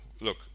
look